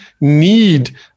need